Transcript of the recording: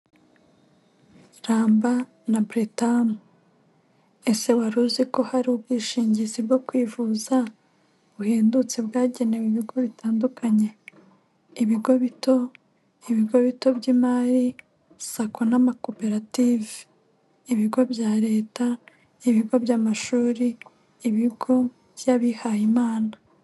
Ramba na Britam ese wari uzi ko hari ubwishingizi bwo kwivuza buhendutse bwagenewe ibigo bitandukanye ibigo bito ,ibigo bito by'imari ,sacco n'amakoperative, ibigo bya leta ibigo by'amashuri ,ibigo by'abihayimana.